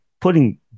putting